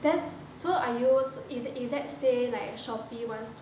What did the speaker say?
then so are you if let's say like Shopee wants